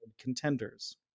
contenders